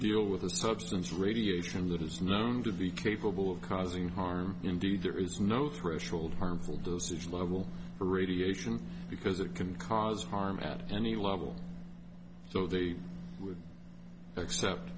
deal with a substance radiation that is known to be capable of causing harm indeed there is no threshold harmful decision level for radiation because it can cause harm at any level so they would accept